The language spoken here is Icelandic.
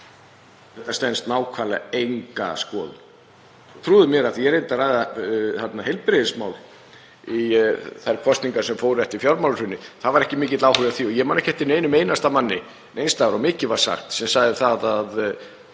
Þetta stenst nákvæmlega enga skoðun, trúðu mér, því að ég reyndi að ræða heilbrigðismál í þeim kosningum sem fóru fram eftir fjármálahrunið og það var ekki mikill áhugi á því og ég man ekki eftir neinum einasta manni neins staðar, og mikið var sagt, sem sagði að